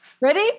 Ready